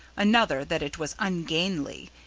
another that it was ungainly,